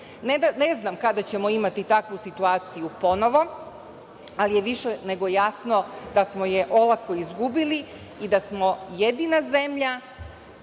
Ne znam kada ćemo imati takvu situaciju ponovo, ali je više nego jasno da smo je olako izgubili i da smo jedina zemlja